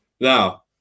Now